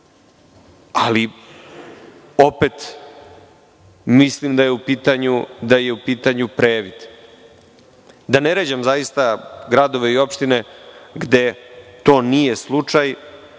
ali opet mi slim da je u pitanju previd, da ne ređam zaista gradove i opštine gde to nije slučaj